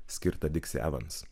skirtą diksi evans